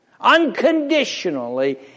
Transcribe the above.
Unconditionally